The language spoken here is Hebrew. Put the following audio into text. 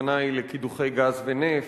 הכוונה היא לקידוחי גז ונפט,